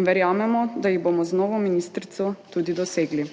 in verjamemo, da jih bomo z novo ministrico tudi dosegli.